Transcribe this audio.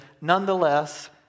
nonetheless